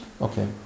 Okay